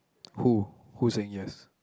who who saying yes